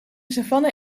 savanne